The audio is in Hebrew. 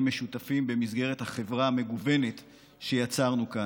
משותפים במסגרת החברה המגוונת שיצרנו כאן,